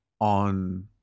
on